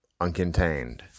uncontained